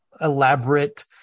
elaborate